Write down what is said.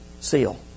seal